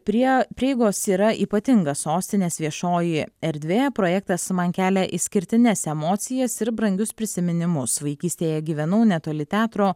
prie prieigos yra ypatinga sostinės viešoji erdvė projektas man kelia išskirtines emocijas ir brangius prisiminimus vaikystėje gyvenau netoli teatro